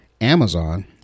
amazon